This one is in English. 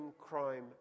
crime